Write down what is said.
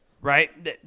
right